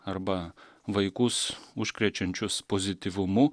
arba vaikus užkrečiančius pozityvumu